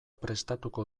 prestatuko